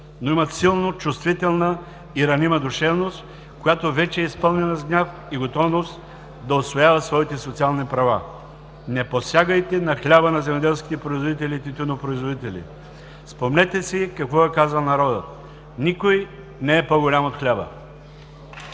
но имат силно чувствителна и ранима душевност, която вече е изпълнена с гняв и готовност да усвояват своите социални права. Не посягайте на хляба на земеделските производители и тютюнопроизводители! Спомнете си какво е казал народът: „Никой не е по-голям от хляба“!